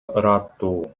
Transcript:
ырааттуу